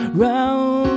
round